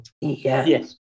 Yes